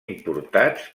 importats